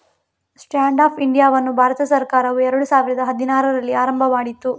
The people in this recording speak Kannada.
ಸ್ಟ್ಯಾಂಡ್ ಅಪ್ ಇಂಡಿಯಾವನ್ನು ಭಾರತ ಸರ್ಕಾರವು ಎರಡು ಸಾವಿರದ ಹದಿನಾರರಲ್ಲಿ ಆರಂಭ ಮಾಡಿತು